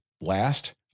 last